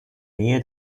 nähe